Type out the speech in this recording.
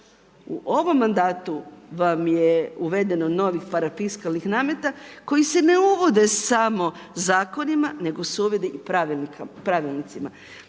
u ovom mandatu vam je uvedeno novih parafiskalnih nameta koji se ne uvode samo zakonima, nego se uvode i pravilnicima.